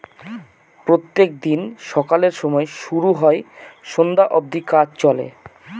প্রত্যেক দিন সকালের সময় শুরু হয় সন্ধ্যা অব্দি কাজ চলে